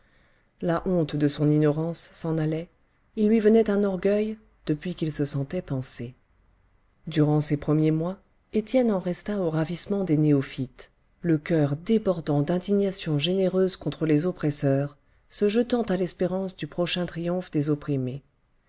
la honte de son ignorance s'en allait il lui venait un orgueil depuis qu'il se sentait penser durant ces premiers mois étienne en resta au ravissement des néophytes le coeur débordant d'indignations généreuses contre les oppresseurs se jetant à l'espérance du prochain triomphe des opprimés